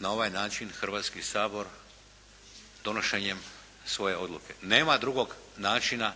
na ovaj način Hrvatski sabor donošenjem svoje odluke. Nema drugog načina